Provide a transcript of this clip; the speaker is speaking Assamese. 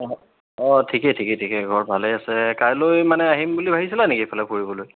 অ অঁ ঠিকে ঠিকে ঠিকে ঘৰত ভালেই আছে কাইলৈ মানে আহিম বুলি ভাবিছিলা নেকি এইফালে ফুৰিবলৈ